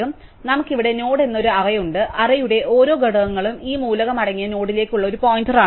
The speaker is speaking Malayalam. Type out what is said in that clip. അതിനാൽ നമുക്ക് ഇവിടെ നോഡ് എന്നൊരു അറേ ഉണ്ട് അറേയുടെ ഓരോ ഘടകങ്ങളും ആ മൂലകം അടങ്ങിയ നോഡിലേക്കുള്ള ഒരു പോയിന്ററാണ്